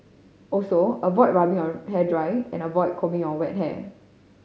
also avoid rubbing your hair dry and avoid combing on wet hair